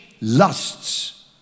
lusts